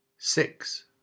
Six